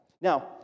Now